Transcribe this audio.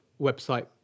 website